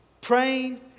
praying